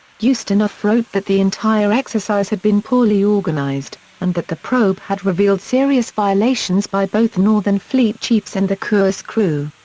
ustinov wrote that the entire exercise had been poorly organized and that the probe had revealed serious violations by both northern fleet chiefs and the kursk crew.